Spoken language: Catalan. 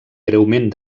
greument